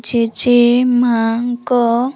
ଜେଜେ ମାଆଙ୍କ